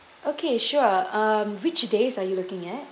okay sure uh which days are you looking at